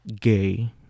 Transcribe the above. gay